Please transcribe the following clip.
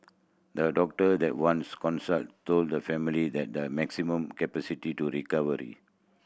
the doctor they once consulted told the family that the maximum capacity to recovery